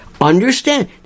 Understand